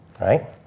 right